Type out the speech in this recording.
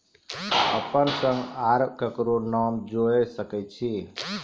अपन संग आर ककरो नाम जोयर सकैत छी?